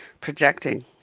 Projecting